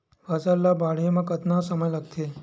फसल ला बाढ़े मा कतना समय लगथे?